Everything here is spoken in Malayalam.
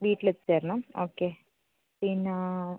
വീട്ടിൽ എത്തിച്ച് തരണം ഓക്കെ പിന്നെ